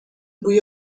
بوی